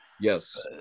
Yes